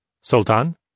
Sultan